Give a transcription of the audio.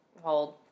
hold